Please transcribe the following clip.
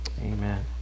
Amen